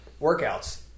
workouts